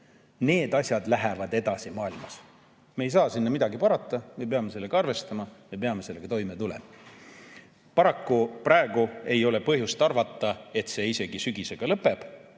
need asjad lähevad maailmas edasi, me ei saa sinna midagi parata, me peame sellega arvestama, me peame sellega toime tulema. Paraku praegu ei ole põhjust arvata, et see isegi sügisega lõpeb